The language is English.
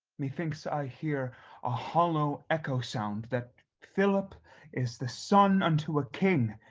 methinks i hear a hollow echo sound, that philip is the son unto a king